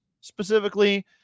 specifically